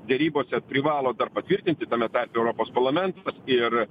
derybose privalo dar patvirtinti tame tarpe europos parlamentas ir